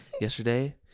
yesterday